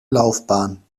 laufbahn